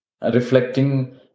reflecting